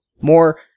More